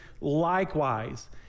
likewise